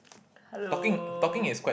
hello